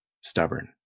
stubborn